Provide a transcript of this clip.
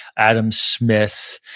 adam smith,